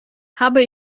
habe